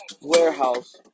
warehouse